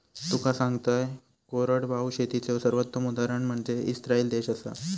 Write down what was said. तुका सांगतंय, कोरडवाहू शेतीचे सर्वोत्तम उदाहरण म्हनजे इस्राईल देश आसा